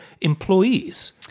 employees